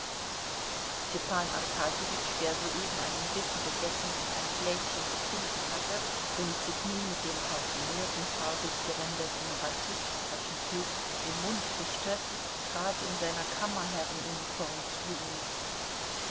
arkadjewitsch der soeben einen bissen gegessen und ein gläschen getrunken hatte und sich nun mit dem parfümierten farbig geränderten batisttaschentuch den mund wischte trat in seiner kammerherrenuniform zu ihnen